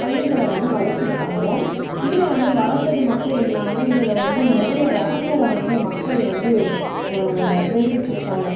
பயிர்களை வந்து வளர்த்துருக்காங்க இதை வந்து வளர்த்தது மட்டும் இல்லாமல் இதில் வந்து நிறையை ரகங்களை வந்து மக்கள் வந்து விளைவிச்சிருக்காங்க